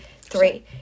three